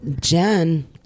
Jen